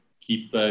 Keep